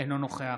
אינו נוכח